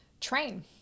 train